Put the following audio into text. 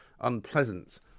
unpleasant